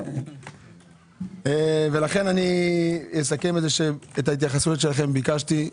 את ההתייחסויות ביקשתי,